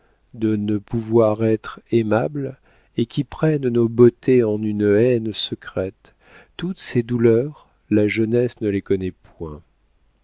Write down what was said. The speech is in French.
de ne pouvoir être aimables et qui prennent nos beautés en une haine secrète toutes ces douleurs la jeunesse ne les connaît point